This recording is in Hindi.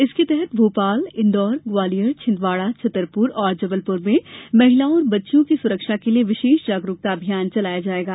इसके तहत भोपाल इन्दौर ग्वालियर छिंदवाड़ा छतरपुर और जबलपुर में महिलाओं और बच्चियों की सुरक्षा के लिए विशेष जागरूकता अभियान चलाया जायेगा